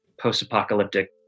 post-apocalyptic